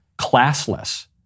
classless